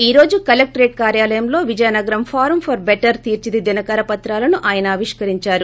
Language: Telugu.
ఈ రోజు కలక్టరేట్ కార్యాలయంలో విజయనగరం ఫోరం ఫర్ బెటర్ తీర్చదిద్దిన కరపత్రాలను ఆయన ఆవిష్కరించారు